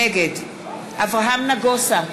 נגד אברהם נגוסה,